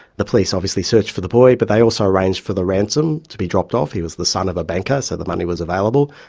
the police obviously searched for the boy, but they also arranged for the ransom to be dropped off he was the son of a banker, so the money was available.